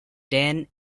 ten